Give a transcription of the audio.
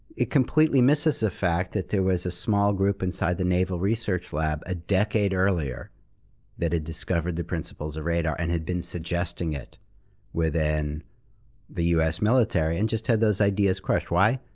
it completely misses the fact that there was a small group inside the naval research lab a decade earlier that had discovered the principles of radar and had been suggesting it within the us military, and just had those ideas crushed. why?